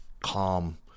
calm